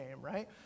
right